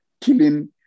killing